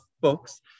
books